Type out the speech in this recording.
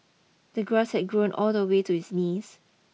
the grass had grown all the way to his knees